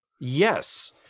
Yes